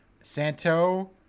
Santo